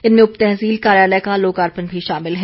इनमें उप तहसील कार्यालय का लोकार्पण शामिल है